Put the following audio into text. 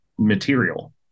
material